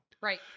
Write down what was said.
Right